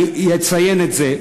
אני אציין את זה.